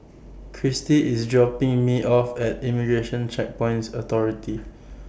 Christie IS dropping Me off At Immigration Checkpoints Authority